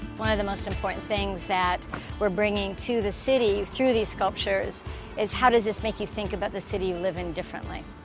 one of the most important things that we're bringing to the city through these sculptures is, how does this make you think about the city you live in differently?